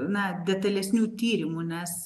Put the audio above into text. na detalesnių tyrimų nes